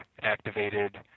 activated